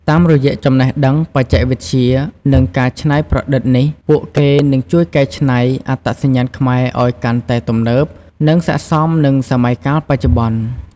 តាមរយៈចំណេះដឹង បច្ចេកវិទ្យា និងការច្នៃប្រឌិតនេះ ពួកគេនឹងជួយកែច្នៃអត្តសញ្ញាណខ្មែរឲ្យកាន់តែទំនើប និងស័ក្តិសមនឹងសម័យកាលបច្ចុប្បន្ន។